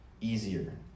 easier